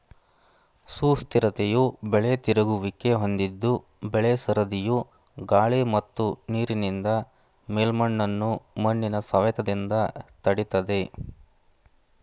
ಸುಸ್ಥಿರತೆಯು ಬೆಳೆ ತಿರುಗುವಿಕೆ ಹೊಂದಿದ್ದು ಬೆಳೆ ಸರದಿಯು ಗಾಳಿ ಮತ್ತು ನೀರಿನಿಂದ ಮೇಲ್ಮಣ್ಣನ್ನು ಮಣ್ಣಿನ ಸವೆತದಿಂದ ತಡಿತದೆ